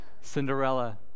Cinderella